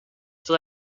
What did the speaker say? for